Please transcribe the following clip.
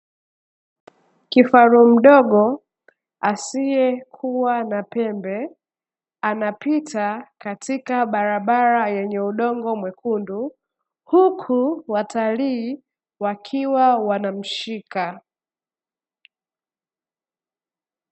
Kifaru mdogo asiyekuwa na pembe, anapita katika barabara yenye udongo mwekundu, huku watalii wakiwa wanamshika.